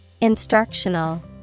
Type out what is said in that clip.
Instructional